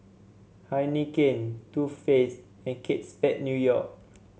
Heinekein Too Faced and Kate Spade New York